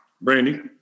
Brandy